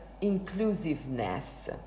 inclusiveness